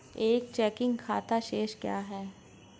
एक चेकिंग खाता शेष क्या है?